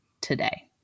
today